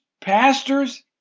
pastors